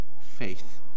faith